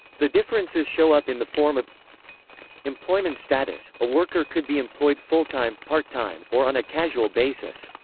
the differences show up in the form of employment status a worker could be employed full-time, part-time, or on a casual basis.